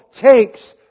takes